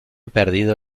perdido